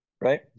right